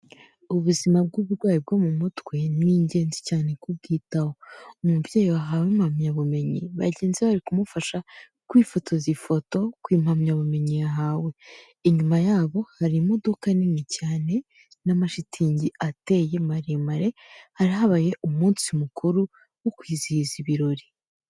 Ubuzima bw'uburwayi bwo mu mutwe, ni ingenzi cyane kubwitaho. Umubyeyi wahawe impamyabumenyi, bagenzi be bari kumufasha kwifotoza ifoto ku impamyabumenyi yahawe. Inyuma yabo, hari imodoka nini cyane n'amashitingi ateye maremare, hari habaye umunsi mukuru wo kwizihiza ibirori.